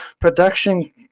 production